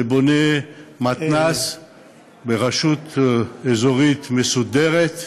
שבונה מתנ"ס ברשות אזורית מסודרת.